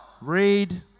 Read